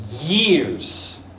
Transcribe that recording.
years